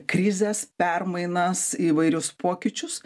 krizes permainas įvairius pokyčius